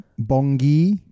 Bongi